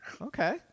Okay